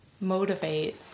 motivate